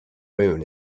moon